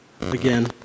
Again